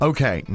Okay